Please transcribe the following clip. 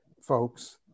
folks